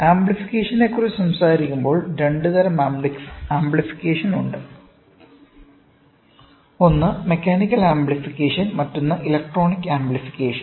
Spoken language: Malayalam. ആംപ്ലിഫിക്കേഷനെക്കുറിച്ച് സംസാരിക്കുമ്പോൾ രണ്ട് തരം ആംപ്ലിഫിക്കേഷൻ ഉണ്ട് ഒന്ന് മെക്കാനിക്കൽ ആംപ്ലിഫിക്കേഷൻ മറ്റൊന്ന് ഇലക്ട്രോണിക് ആംപ്ലിഫിക്കേഷൻ